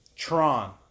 Tron